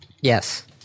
Yes